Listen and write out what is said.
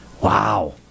Wow